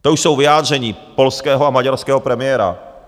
To už jsou vyjádření polského a maďarského premiéra.